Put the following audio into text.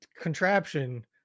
contraption